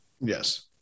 Yes